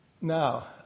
Now